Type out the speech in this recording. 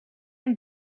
een